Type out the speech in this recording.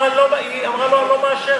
היא אמרה לו: אני לא מאשרת.